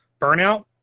Burnout